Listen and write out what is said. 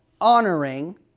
honoring